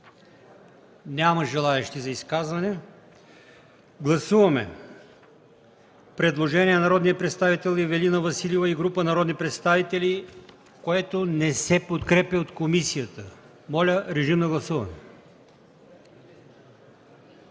Няма желаещи за изказване. Гласуваме предложението на народни представител Ивелина Василева и група народни представители, което не се подкрепя от комисията. Гласували